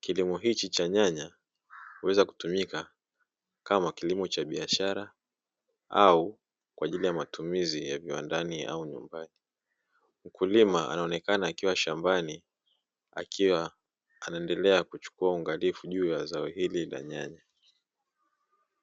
klimo cha nyanya, huweza kutumika kama kilimo cha biashara au kwa ajili ya matumizi ya viwandani au nyumbani. Mkulima anaonekana akiwa shambani, akiwa anaendelea kuchukua ungalifu juu ya zao hili la nyanya.